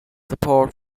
support